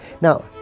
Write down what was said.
Now